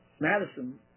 Madison